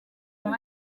yari